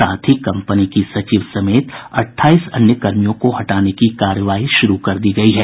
साथ ही कम्पनी की सचिव समेत अट्ठाईस अन्य कर्मियों को हटाने की कार्रवाई शुरू कर दी गयी है